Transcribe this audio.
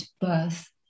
birth